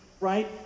right